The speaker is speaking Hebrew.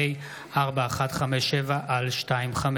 פ/4157/25: